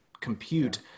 compute